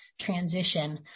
transition